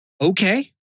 Okay